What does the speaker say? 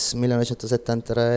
1973